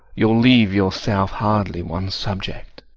you'll leave yourself hardly one subject.